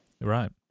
Right